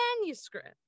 manuscript